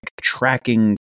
tracking